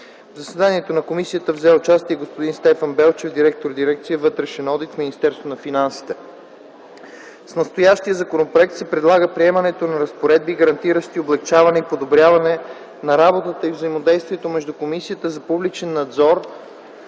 В заседанието на Комисията взе участие господин Стефан Белчев – директор на дирекция „Вътрешен одит” в Министерството на финансите. С настоящия законопроект се предлага приемането на разпоредби, гарантиращи облекчаване и подобряване на работата и взаимодействието между Комисията за публичен надзор